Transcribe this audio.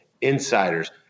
insiders